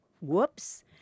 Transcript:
whoops